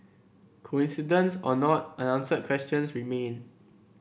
coincidence or not unanswered questions remain